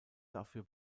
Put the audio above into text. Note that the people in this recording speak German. dafür